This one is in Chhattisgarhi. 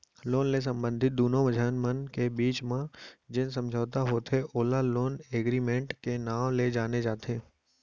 लोन ले संबंधित दुनो झन मन के बीच म जेन समझौता होथे ओला लोन एगरिमेंट के नांव ले जाने जाथे